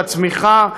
בצמיחה,